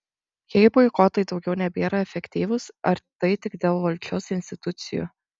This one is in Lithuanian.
jei boikotai daugiau nebėra efektyvūs ar tai tik dėl valdžios institucijų